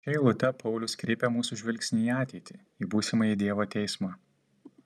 šia eilute paulius kreipia mūsų žvilgsnį į ateitį į būsimąjį dievo teismą